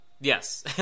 Yes